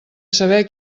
saber